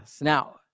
Now